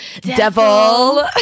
Devil